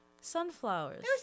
Sunflowers